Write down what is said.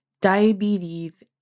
diabetes